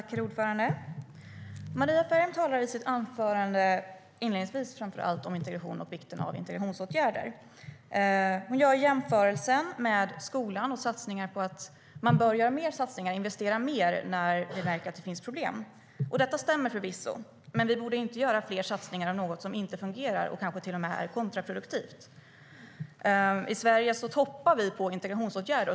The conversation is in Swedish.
Herr talman! Maria Ferm talar inledningsvis i sitt anförande framför allt om integration och vikten av integrationsåtgärder. Hon jämför med skolan och säger att man bör investera mer när man märker att det finns problem. Det stämmer förvisso, men vi borde inte göra fler satsningar på något som inte fungerar och kanske till med är kontraproduktivt. Vi i Sverige ligger i topp när det gäller integrationsåtgärder.